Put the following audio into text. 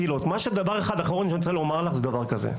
הדבר האחרון שאני רוצה לומר הוא דבר כזה.